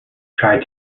tried